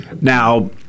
Now—